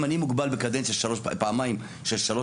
אם אני מוגבל בקדנציה פעמיים של שלוש